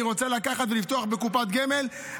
אני רוצה לקחת ולפתוח קופת גמל,